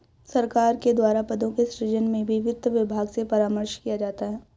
सरकार के द्वारा पदों के सृजन में भी वित्त विभाग से परामर्श किया जाता है